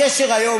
תקשיב רגע,